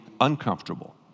uncomfortable